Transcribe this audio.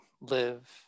live